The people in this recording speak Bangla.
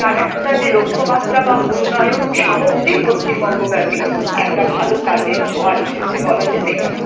তার একটা যে লক্ষমাত্রা বা উন্নয়ন সামগ্রিক পশ্চিমবঙ্গব্যাপী একটা ভালো কাজের জোয়ার এসেছে বলা যেতেই পারে